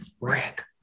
Rick